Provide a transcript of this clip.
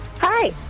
Hi